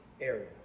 area